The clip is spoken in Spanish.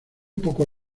poco